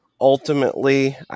ultimately